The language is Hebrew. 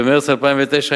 במרס 2009,